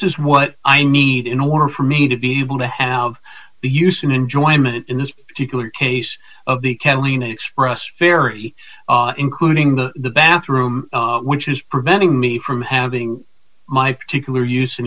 is what i need in order for me to be able to have the use and enjoyment in this particular case of the catalina expressed very including the bathroom which is preventing me from having my particular us